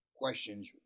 questions